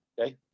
okay